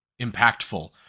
impactful